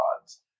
odds